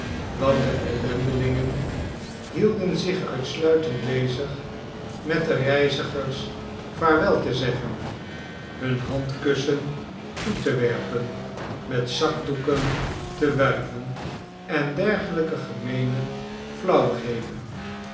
want de ellendelingen hielden zich uitsluitend bezig met de reizigers vaarwel te zeggen hun handkussen toe te werpen met zakdoeken te wuiven en dergelijke gemeene